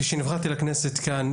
כשנבחרתי לכנסת כאן,